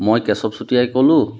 মই কেশৱ চুতীয়াই ক'লোঁ